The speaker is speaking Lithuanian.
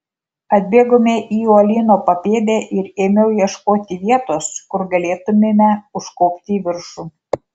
atbėgome į uolyno papėdę ir ėmiau ieškoti vietos kur galėtumėme užkopti į viršų